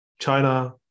China